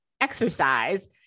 exercise